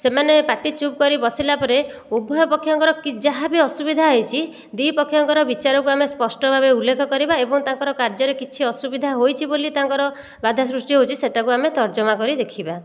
ସେମାନେ ପାଟି ଚୁପ୍ କରି ବସିଲା ପରେ ଉଭୟପକ୍ଷଙ୍କର କି ଯାହା ବି ଅସୁବିଧା ହୋଇଛି ଦୁଇ ପକ୍ଷଙ୍କର ବିଚାରକୁ ଆମେ ସ୍ପଷ୍ଟ ଭାବେ ଉଲ୍ଲେଖ କରିବା ଏବଂ ତାଙ୍କର କାର୍ଯ୍ୟରେ କିଛି ଅସୁବିଧା ହୋଇଛି ବୋଲି ତାଙ୍କର ବାଧା ସୃଷ୍ଟି ହେଉଛି ସେଇଟାକୁ ଆମେ ତର୍ଜମା କରି ଦେଖିବା